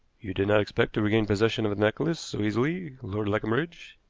you did not expect to regain possession of the necklace so easily, lord leconbridge,